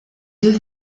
deux